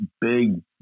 big